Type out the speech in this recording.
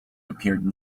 appeared